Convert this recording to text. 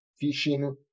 fishing